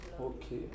okay